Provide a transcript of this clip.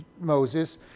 Moses